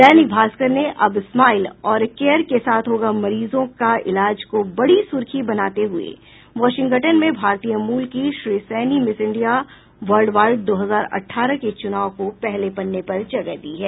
दैनिक भास्कर ने अब स्माइल और केयर के साथ होगा मरीजों का इलाज को बड़ी सूर्खी बनाते हये वाशिंगटन में भारतीय मूल की Shree Saini Miss India worldwide दो हजार अठारह के चूनाव को पहले पन्ने पर जगह दी है